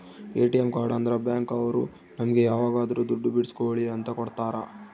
ATM card ಅಂದ್ರ bank ಅವ್ರು ನಮ್ಗೆ ಯಾವಾಗದ್ರು ದುಡ್ಡು ಬಿಡ್ಸ್ಕೊಳಿ ಅಂತ ಕೊಡ್ತಾರ